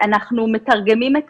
אנחנו מתרגמים את